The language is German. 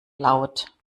laut